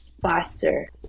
faster